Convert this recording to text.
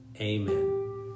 Amen